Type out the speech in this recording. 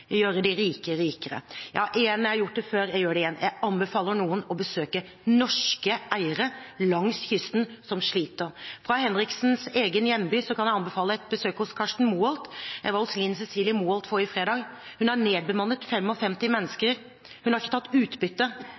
gjort det før, og jeg gjør det igjen: Jeg anbefaler at man besøker norske eiere langs kysten som sliter. Fra Henriksens egen hjemby kan jeg anbefale et besøk hos Karsten Moholt. Jeg var hos Linn Cecilie Moholt forrige fredag. Hun har nedbemannet med 55 mennesker, hun har ikke tatt ut utbytte,